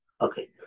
Okay